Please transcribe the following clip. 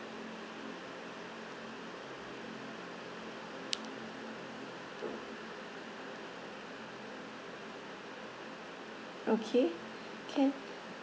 okay can